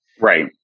right